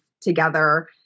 together